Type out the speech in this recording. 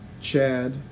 Chad